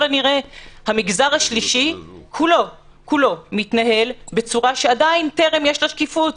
הנראה המגזר השלישי כולו מתנהל בצורה שעדיין טרם יש לה שקיפות.